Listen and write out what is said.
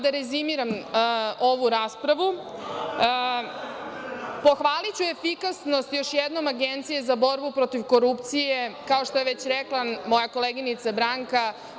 Da rezimiram ovu raspravu, pohvaliću efikasnost još jednom Agencije za borbu protiv korupcije kao što je već rekla moja koleginica Branka.